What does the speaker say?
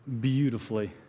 beautifully